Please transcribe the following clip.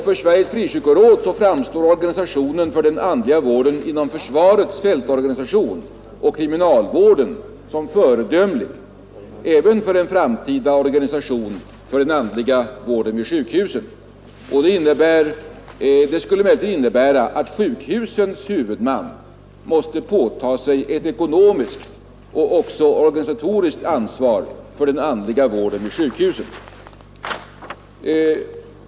För Sveriges frikyrkoråd framstår organisationen för den andliga vården inom försvarets fältorganisation och kriminalvården som föredömlig även för en framtida organisation av den andliga vården vid sjukhusen. En sådan ordning skulle emellertid innebära att sjukhusens huvudman måste påta sig ett ekonomiskt och även organisatoriskt ansvar för den andliga vården vid sjukhusen.